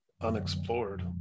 unexplored